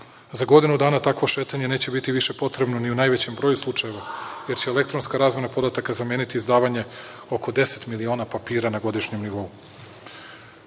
Za godinu dana takvo šetanje neće biti više potrebno ni u najvećem broju slučajeva, jer će elektronska razmena podataka zameniti izdavanje oko 10 miliona papira na godišnjem nivou. Ipak